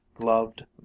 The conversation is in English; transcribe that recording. gloved